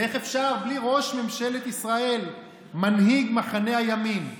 ואיך אפשר בלי ראש ממשלת ישראל, מנהיג מחנה הימין?